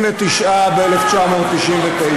1989 עד 1999,